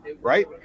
right